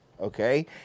Okay